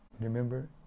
Remember